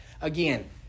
Again